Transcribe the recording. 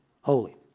holy